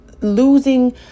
losing